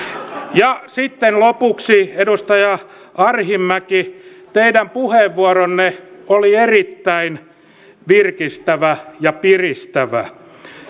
ja sitten lopuksi edustaja arhinmäki teidän puheenvuoronne oli erittäin virkistävä ja piristävä